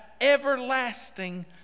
everlasting